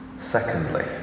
Secondly